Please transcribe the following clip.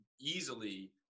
easily